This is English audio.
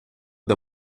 the